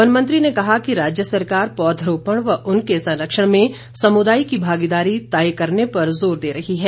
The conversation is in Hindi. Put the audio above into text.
वन मंत्री ने कहा कि राज्य सरकार पौधरोपण व उनके संरक्षण में समुदाय की भागीदारी तय करने पर जोर दे रही है